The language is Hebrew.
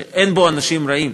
שאין בו אנשים רעים,